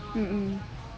um um